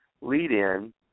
lead-in